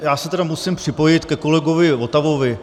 Já se tedy musím připojit ke kolegovi Votavovi.